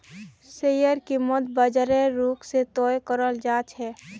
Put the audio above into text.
शेयरेर कीमत बाजारेर रुख से तय कराल जा छे